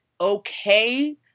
okay